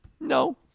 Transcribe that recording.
No